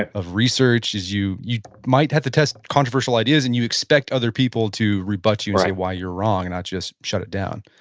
of research, is you you might have to test controversial ideas, and you expect other people to rebut you and say why you're wrong, and not just shut it down